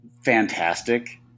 fantastic